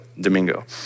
Domingo